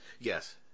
Yes